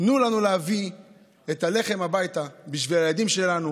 תנו לנו להביא את הלחם הביתה בשביל הילדים שלנו,